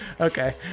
Okay